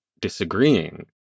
disagreeing